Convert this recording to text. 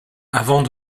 avant